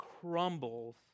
crumbles